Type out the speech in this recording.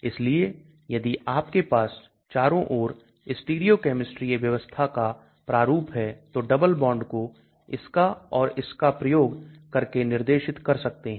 इसलिए यदि आपके पास चारों ओर stereochemistry व्यवस्था का प्रारूप है तो डबल बॉन्ड को इसका और इसका प्रयोग करके निर्देशित कर सकते हैं